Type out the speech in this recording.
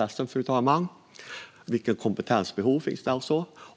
Det handlar alltså om vilket kompetensbehov som finns